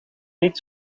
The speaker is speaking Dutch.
niet